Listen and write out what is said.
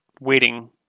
waiting